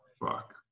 Fuck